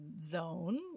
zone